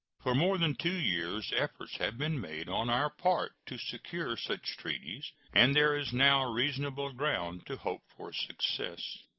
for more than two years efforts have been made on our part to secure such treaties, and there is now reasonable ground to hope for success.